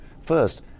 First